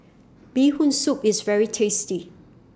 Bee Hoon Soup IS very tasty